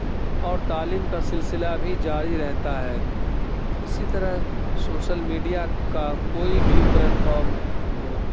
اور تعلیم کا سلسلہ بھی جاری رہتا ہے اسی طرح سوسل میڈیا کا کوئی بھی پلیٹفام ہو